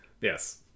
Yes